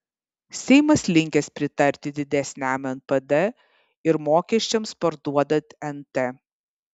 seimas linkęs pritarti didesniam npd ir mokesčiams parduodant nt